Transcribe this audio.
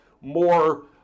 more